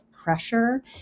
pressure